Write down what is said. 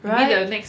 right